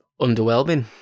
Underwhelming